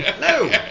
No